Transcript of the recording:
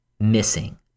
missing